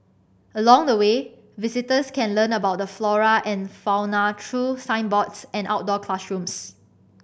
along the way visitors can learn about the flora and fauna through signboards and outdoor classrooms